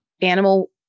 animal